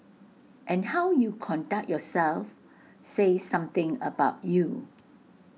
and how you conduct yourself say something about you